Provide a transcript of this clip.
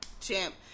champ